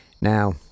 Now